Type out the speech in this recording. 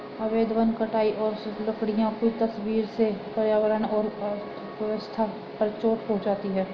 अवैध वन कटाई और लकड़ियों की तस्करी से पर्यावरण और अर्थव्यवस्था पर चोट पहुँचती है